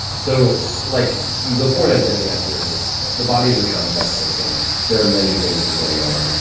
so like the point i'm getting at here is the body is a complex system. there are many things that are going on.